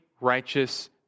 righteous